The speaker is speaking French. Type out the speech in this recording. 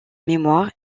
mémoire